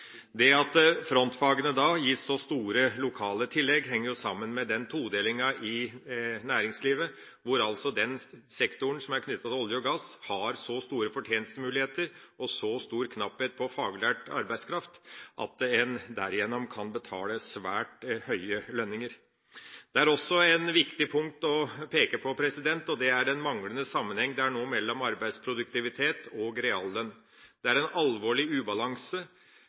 Det at frontfagene gis så store lokale tillegg, henger sammen med den todelinga i næringslivet, hvor den sektoren som er knyttet til olje og gass, har så store fortjenestemuligheter og så stor knapphet på faglært arbeidskraft at en derigjennom kan betale svært høye lønninger. Det er også et punkt som det er viktig å peke på, og det er den manglende sammenheng det nå er mellom arbeidsproduktivitet og reallønn. Det er en alvorlig ubalanse.